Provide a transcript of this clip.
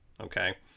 okay